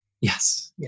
Yes